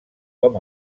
com